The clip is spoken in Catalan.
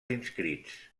inscrits